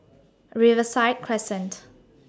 Riverside Crescent